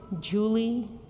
Julie